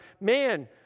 man